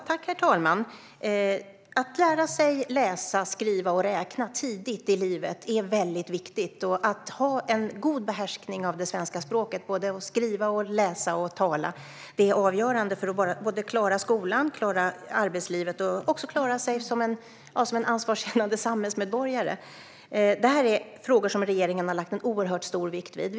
Herr talman! Att lära sig läsa, skriva och räkna tidigt i livet är väldigt viktigt. Att ha en god behärskning av det svenska språket, att skriva, läsa och tala, är avgörande för att klara skolan, klara sig i arbetslivet och också klara sig som en ansvarskännande samhällsmedborgare. Detta är frågor som regeringen har lagt oerhört stor vikt vid.